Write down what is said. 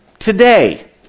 Today